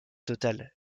total